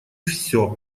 все